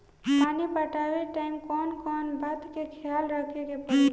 पानी पटावे टाइम कौन कौन बात के ख्याल रखे के पड़ी?